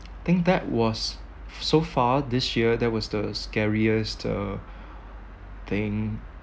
think that was so far this year that was the scariest uh thing